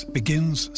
begins